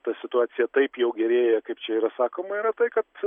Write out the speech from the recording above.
ta situacija taip jau gerėja kaip čia yra sakoma yra tai kad